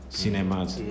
cinemas